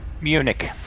Munich